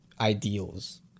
ideals